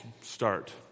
start